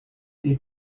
these